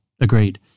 Agreed